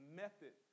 method